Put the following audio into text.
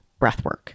breathwork